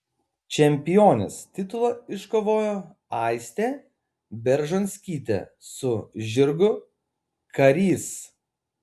čempionės titulą iškovojo aistė beržonskytė su žirgu karys